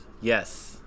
yes